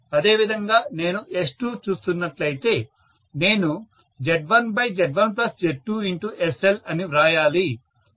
అదేవిధంగా నేను S2 చూస్తున్నట్లయితే నేను Z1Z1Z2SL అని వ్రాయాలి